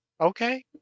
Okay